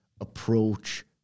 approach